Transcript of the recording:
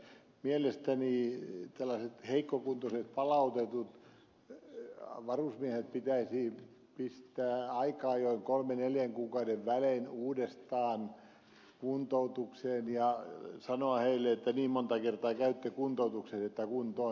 mielestäni tällaiset heikkokuntoiset palautetut varusmiehet pitäisi pistää aika ajoin kolmen neljän kuukauden välein uudestaan kuntoutukseen ja sanoa heille että niin monta kertaa käytte kuntoutuksessa että kunto on riittävä